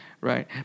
Right